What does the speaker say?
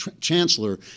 chancellor